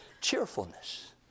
cheerfulness